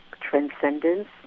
transcendence